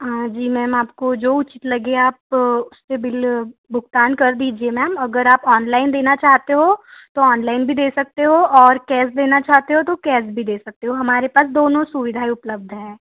हाँ जी मैम आपको जो उचित लगे आप उसपर बिल भुगतान कर दीजिए मैम अगर आप ऑनलाइन देना चाहते हो तो ऑनलाइन भी दे सकते हो और कैश देना चाहते हो तो कैश भी दे सकते हो हमारे पास दोनों सुविधाएँ उपलब्ध हैं